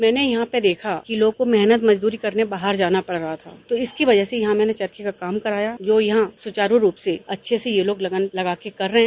मैंने यहां पर देखा की लोगों को मेहनत मजदूरी करने बाहर जाना पड़ रहा था तो इसकी वजह से मैंने यहां पर फैक्ट्री काम काम कराया जो यहां सुचारू रूप से अच्छे से ये लोग लगन लगाकर कर रहे हैं